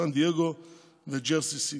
סן דייגו וג'רזי סיטי.